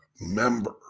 member